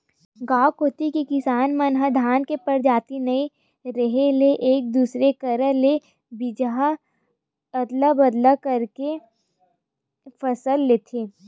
गांव कोती के किसान मन ह धान के परजाति नइ रेहे ले एक दूसर करा ले बीजहा अदला बदली करके के फसल लेथे